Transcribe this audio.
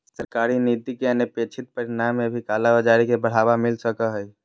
सरकारी नीति के अनपेक्षित परिणाम में भी कालाबाज़ारी के बढ़ावा मिल सको हइ